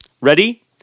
Ready